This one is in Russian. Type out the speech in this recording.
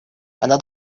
она